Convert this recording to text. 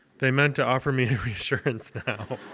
they meant to offer me a reassurance now,